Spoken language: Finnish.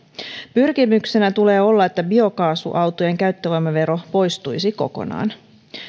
pyrkimyksenä tulee olla että biokaasuautojen käyttövoimavero poistuisi kokonaan